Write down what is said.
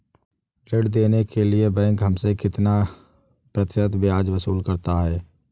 ऋण देने के लिए बैंक हमसे कितना प्रतिशत ब्याज वसूल करता है?